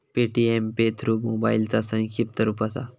Paytm pay through मोबाईलचा संक्षिप्त रूप असा